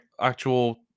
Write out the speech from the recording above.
actual